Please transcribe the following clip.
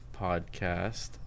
podcast